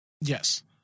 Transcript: Yes